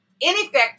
ineffective